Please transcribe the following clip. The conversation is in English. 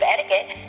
Etiquette